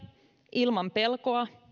ilman pelkoa